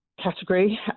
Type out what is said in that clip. category